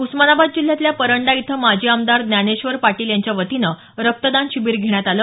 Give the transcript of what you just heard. उस्मानाबाद जिल्ह्यातल्या परंडा इथं माजी आमदार ज्ञानेश्वर पाटील यांच्या वतीनं रक्तदान शिबिर घेण्यात आलं